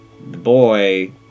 boy